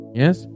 yes